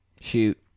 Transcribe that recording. shoot